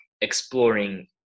exploring